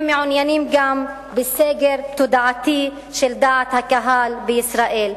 הם מעוניינים גם בסגר תודעתי של דעת הקהל בישראל,